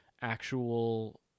actual